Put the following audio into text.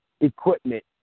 equipment